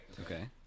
Okay